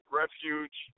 refuge